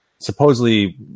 supposedly